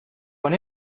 con